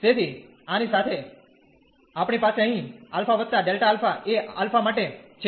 તેથી આની સાથે આપણી પાસે અહીં α Δα એ α માટે છે